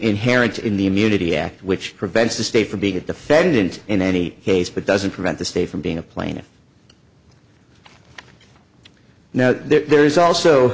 inherent in the immunity act which prevents the state from being a defendant in any case but doesn't prevent the state from being a plaintiff now there's also